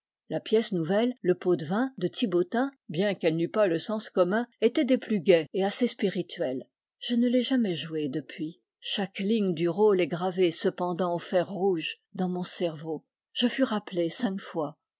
la pièce nouvelle le pot de vin de thibautin bien qu'elle n'eût pas le sens commun était des plus gaies et assez spirituelle je ne l'ai jamais jouée depuis chaque ligne du rôle est gravée cependant au fer rouge dans mon cerveau je fus rappelé cinq fois